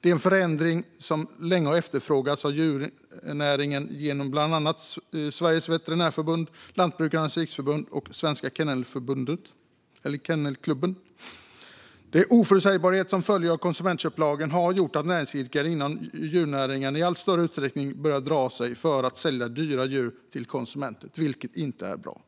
Det är en förändring som länge har efterfrågats av djurnäringen genom bland annat Sveriges Veterinärförbund, Lantbrukarnas Riksförbund och Svenska Kennelklubben. Den oförutsägbarhet som följer av konsumentköplagen har gjort att näringsidkare inom djurnäringen i allt större utsträckning börjat dra sig för att sälja dyra djur till konsumenter, vilket inte är bra.